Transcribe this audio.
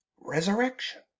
resurrection